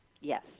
Yes